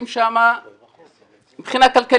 לעשות זאת אצל האנשים שם שהם חלשים מבחינה כלכלית.